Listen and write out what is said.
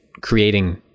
creating